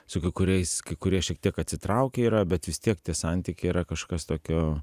su kai kuriais kai kurie šiek tiek atsitraukę yra bet vis tiek tie santykiai yra kažkas tokio